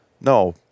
no